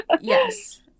Yes